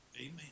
Amen